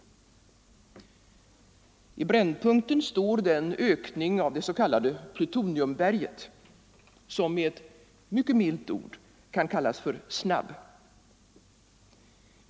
I brännpunkten står den ökning av det s.k. plutoniumberget som med ett mycket milt ord kan kallas snabb.